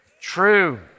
True